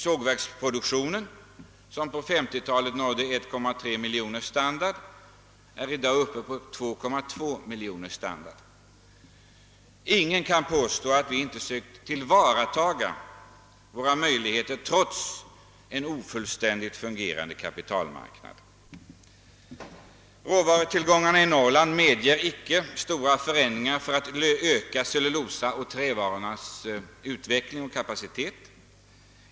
Sågverksproduktionen, som på 1950-talet nådde 1,3 miljoner standard, är nu uppe i 2,2 miljoner standard. Ingen kan påstå att vi inte sökt ta till vara våra möjligheter trots en ofullständigt fungerande kapitalmarknad. Råvarutillgångarna i Norrland medger icke att i någon högre grad öka cellulosaoch trävaruindustriernas kapacitet.